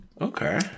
Okay